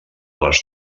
les